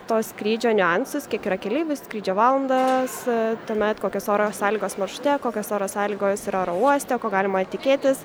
to skrydžio niuansus kiek yra keleivių skrydžio valandas tuomet kokios oro sąlygos maršrute kokios oro sąlygos ir aerouoste ko galima tikėtis